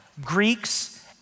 Greeks